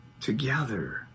together